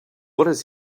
does